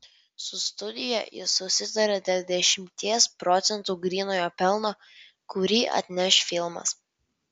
su studija jis susitarė dėl dešimties procentų grynojo pelno kurį atneš filmas